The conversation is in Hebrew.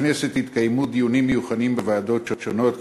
בכנסת התקיימו דיונים מיוחדים בוועדות שונות,